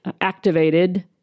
activated